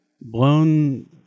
blown